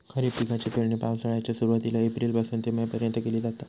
खरीप पिकाची पेरणी पावसाळ्याच्या सुरुवातीला एप्रिल पासून ते मे पर्यंत केली जाता